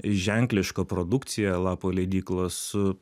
ženkliška produkcija lapo leidyklos